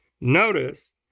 Notice